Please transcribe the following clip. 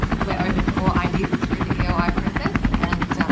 we're open to all ideas through the eoi process and,